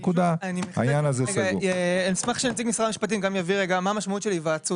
שבהן אנשים אומרים: "אז מה יהיה איתי